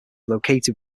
located